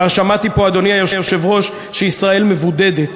שמעתי פה, אדוני היושב-ראש, שישראל מבודדת,